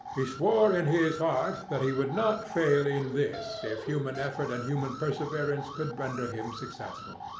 he swore in his heart that he would not fail in this if human effort and human perseverance could render him successful.